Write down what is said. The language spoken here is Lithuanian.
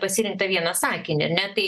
pasirinktą vieną sakinį ar ne tai